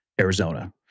Arizona